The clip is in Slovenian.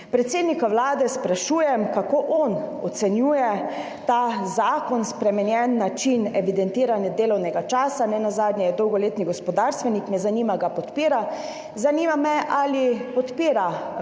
Predsednika Vlade sprašujem: Kako ocenjujete ta zakon, spremenjen način evidentiranja delovnega časa, nenazadnje ste dolgoletni gospodarstvenik in me zanima, ali ga podpirate? Zanima me: Ali podpirate